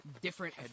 different